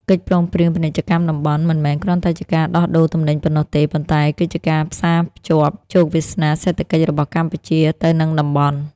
កិច្ចព្រមព្រៀងពាណិជ្ជកម្មតំបន់ មិនមែនគ្រាន់តែជាការដោះដូរទំនិញប៉ុណ្ណោះទេ ប៉ុន្តែគឺជាការផ្សារភ្ជាប់ជោគវាសនាសេដ្ឋកិច្ចរបស់កម្ពុជាទៅនឹងតំបន់។